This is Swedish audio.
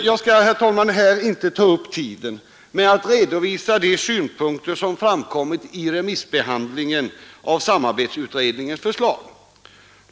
Jag skall, herr talman, här inte ta upp tiden med att redovisa de Synpunkter som framkommit i remissbehandlingen av samarbetsutredningens förslag.